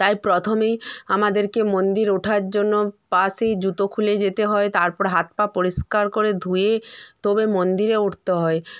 তাই প্রথমেই আমাদেরকে মন্দির ওঠার জন্য পাশেই জুতো খুলে যেতে হয় তারপর হাত পা পরিষ্কার করে ধুয়ে তবে মন্দিরে উটতে হয়